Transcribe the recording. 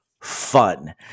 fun